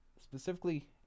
specifically